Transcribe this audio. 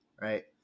right